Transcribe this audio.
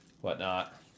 whatnot